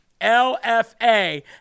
LFA